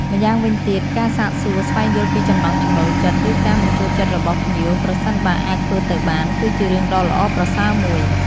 ម្យ៉ាងវិញទៀតការសាកសួរ ស្វែងយល់ពីចំណង់ចំណូលចិត្ត ឬការមិនចូលចិត្តរបស់ភ្ញៀវ ប្រសិនបើអាចធ្វើទៅបាន គឺជារឿងដ៏ល្អប្រសើរមួយ។